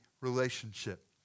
relationship